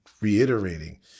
reiterating